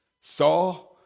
saw